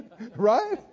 Right